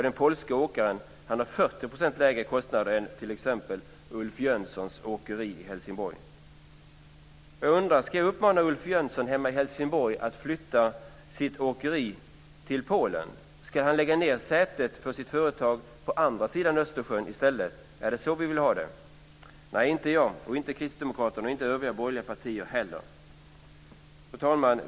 Den polske åkaren har 40 % lägre kostnader än t.ex. Ulf Jönssons åkeri i Helsingborg. Jag undrar: Ska jag uppmana Ulf Jönsson hemma i Helsingborg att flytta sitt åkeri till Polen? Ska han förlägga sätet för sitt företag på andra sidan Östersjön i stället? Är det så vi vill ha det? Nej, inte jag, inte Kristdemokraterna och inte övriga borgerliga partier heller. Fru talman!